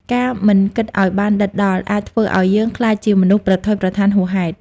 ការមិនគិតឱ្យបានដិតដល់ អាចធ្វើឱ្យយើងក្លាយជាមនុស្សប្រថុយប្រថានហួសហេតុ។